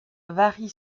varie